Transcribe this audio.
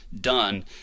done